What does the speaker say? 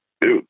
Dude